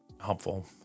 helpful